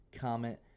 comment